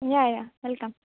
yeah yeah welcome